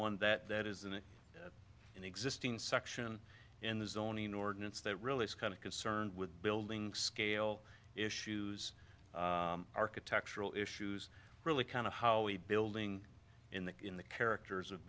one that that is an an existing section in the zoning ordinance that really is kind of concerned with building scale issues architectural issues really kind of how the building in the in the characters of